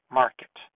market